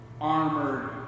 armored